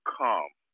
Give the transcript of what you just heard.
come